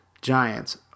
Giants